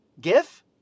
GIF